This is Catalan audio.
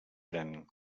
gran